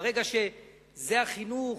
ברגע שזה החינוך,